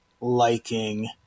liking